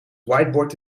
whiteboard